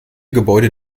gebäude